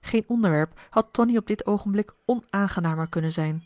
geen onderwerp had tonie op dit oogenblik onaangenamer kunnen zijn